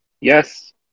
yes